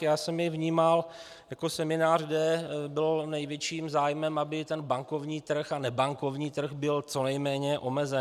Já jsem jej vnímal jako seminář, kde bylo největším zájmem, aby ten bankovní a nebankovní trh byl co nejméně omezen.